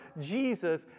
Jesus